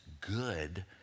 good